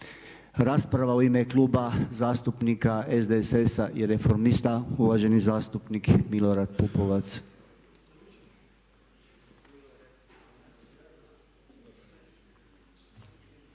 rasprava u ime Kluba zastupnika SDSS-a i Reformista uvaženi zastupnik Milorad Pupovac.